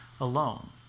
alone